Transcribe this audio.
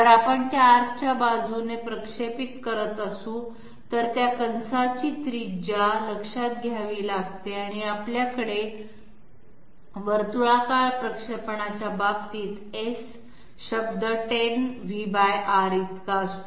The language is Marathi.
जर आपण त्या आर्कच्या बाजूने प्रक्षेपित करत असू तर त्या कंसाची त्रिज्या लक्षात घ्यावी लागते आणि आपल्याकडे वर्तुळाकार प्रक्षेपणाच्या बाबतीत S शब्द 10 VR इतका असतो